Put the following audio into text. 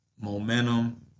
momentum